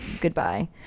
goodbye